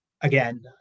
again